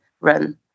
run